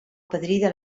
padrí